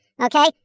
Okay